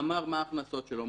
אמר מה ההכנסות שלו,